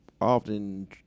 often